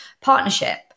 partnership